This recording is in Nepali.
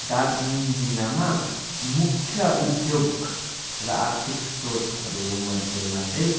दार्जिलिङ जिल्लामा मुख्य उद्योग र आर्थिक स्रोतहरू मध्येमा चाहिँ